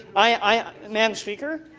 i madam speaker,